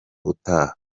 utaha